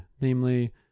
namely